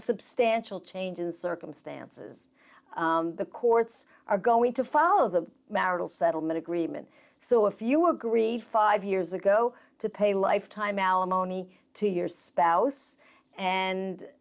substantial change in circumstances the courts are going to follow the marital settlement agreement so if you agreed five years ago to pay lifetime alimony to your spouse and